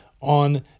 on